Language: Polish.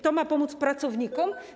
To ma pomóc pracownikom?